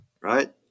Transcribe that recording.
Right